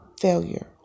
failure